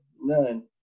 none